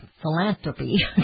philanthropy